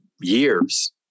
years